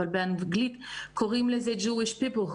אבל באנגלית קוראים לזה Jewish Peoplehood.